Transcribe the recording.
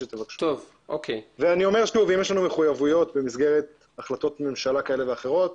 אם יש לנו מחויבויות במסגרת החלטות ממשלה כאלה ואחרות